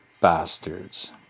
Bastards